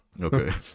okay